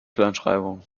kleinschreibung